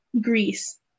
Greece